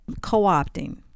co-opting